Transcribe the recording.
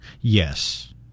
Yes